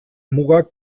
mugak